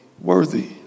worthy